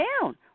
down